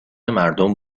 مردم